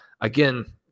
Again